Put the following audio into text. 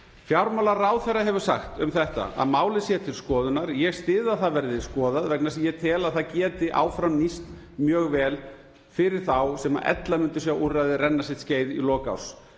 Fjármálaráðherra hefur sagt um þetta að málið sé til skoðunar. Ég styð að það verði skoðað vegna þess að ég tel að það geti áfram nýst mjög vel fyrir þá sem ella myndu sjá úrræðið renna sitt skeið í lok árs.